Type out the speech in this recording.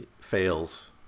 fails